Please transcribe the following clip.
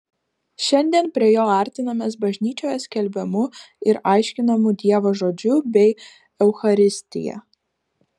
šiandien prie jo artinamės bažnyčioje skelbiamu ir aiškinamu dievo žodžiu bei eucharistija